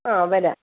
ആ വരാം